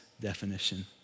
definition